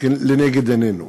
לנגד עינינו.